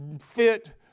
fit